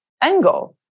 angle